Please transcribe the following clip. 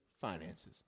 finances